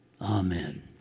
amen